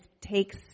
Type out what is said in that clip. takes